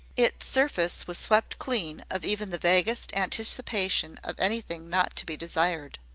its surface was swept clean of even the vaguest anticipation of anything not to be desired.